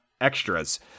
extras